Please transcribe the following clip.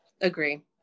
agree